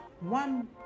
One